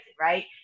right